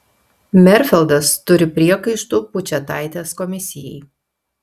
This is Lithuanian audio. merfeldas turi priekaištų pučėtaitės komisijai